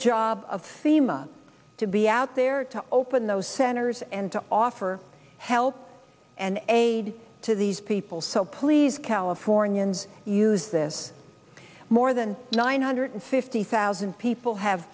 job of sima to be out there to open those centers and to offer help and aid to these people so please california ins use this more than nine hundred fifty thousand people have